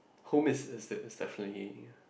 home is is is definitely